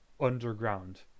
underground